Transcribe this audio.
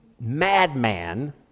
madman